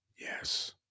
Yes